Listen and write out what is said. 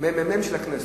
הממ"מ של הכנסת.